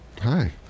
Hi